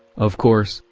of course,